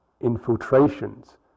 infiltrations